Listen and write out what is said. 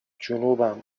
جنوبم